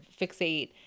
fixate